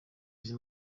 izi